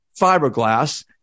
fiberglass